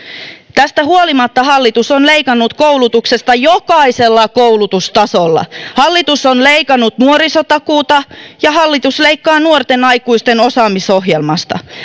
tästä huolimatta hallitus on leikannut koulutuksesta jokaisella koulutustasolla hallitus on leikannut nuorisotakuuta ja hallitus leikkaa nuorten aikuisten osaamisohjelmasta